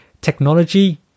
technology